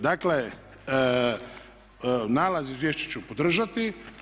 Dakle, nalaz izvješća ću podržati.